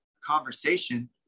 conversation